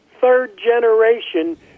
third-generation